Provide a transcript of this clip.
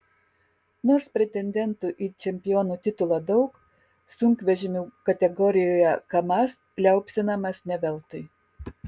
nors pretendentų į čempionų titulą daug sunkvežimių kategorijoje kamaz liaupsinamas ne veltui